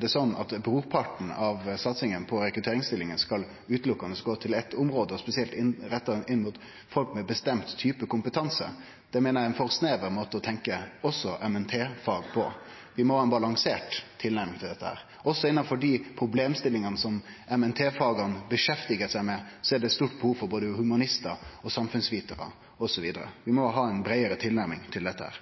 det sånn at brorparten av satsinga på rekrutteringsstillingar berre skal gå til eitt område, spesielt retta inn mot folk med ein bestemt type kompetanse. Det meiner eg er ein for snever måte å tenkje også MNT-fag på. Vi må ha ei balansert tilnærming til dette. Også innafor dei problemstillingane som MNT-faga sysselset seg med, er det stort behov for både humanistar, samfunnsvitarar osv. Vi må ha ei breiare tilnærming til dette.